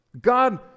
God